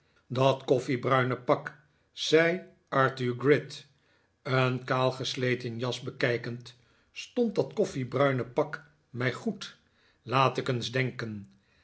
dat koffiebruine pak zei arthur gride een kaal gesleten jas bekijkend stond dat koffiebruine pak mij goed laat ik eens denken